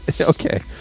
Okay